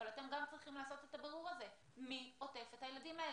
אבל גם אתם צריכים לעשות את הבירור הזה מי עוטף את הילדים האלה?